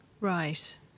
Right